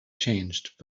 changed